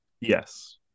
Yes